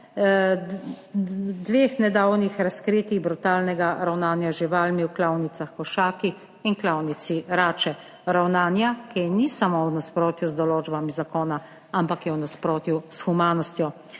dveh nedavnih razkritij brutalnega ravnanja z živalmi v klavnicah Košaki in klavnici Rače, ravnanja, ki niso samo v nasprotju z določbami zakona, ampak je v nasprotju s humanostjo.